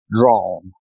drawn